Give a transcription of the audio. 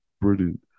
brilliant